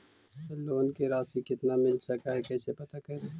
Loan के रासि कितना मिल सक है कैसे पता करी?